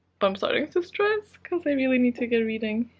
but i'm starting to stress because i really need to get reading.